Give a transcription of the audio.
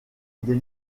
des